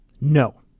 No